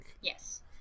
yes